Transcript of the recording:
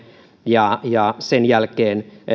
ja ja sen jälkeen